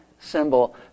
symbol